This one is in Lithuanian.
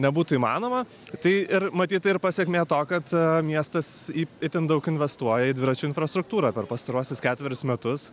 nebūtų įmanoma tai ir matyt ir pasekmė to kad miestas itin daug investuoja į dviračių infrastruktūrą per pastaruosius ketverius metus